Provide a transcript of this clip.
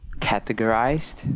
Categorized